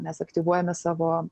mes aktyvuojame savo